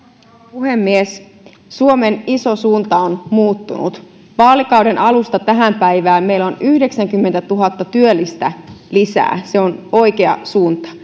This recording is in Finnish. puhemies suomen iso suunta on muuttunut vaalikauden alusta tähän päivään meillä on yhdeksänkymmentätuhatta työllistä lisää se on oikea suunta